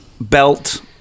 belt